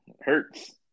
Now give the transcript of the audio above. Hurts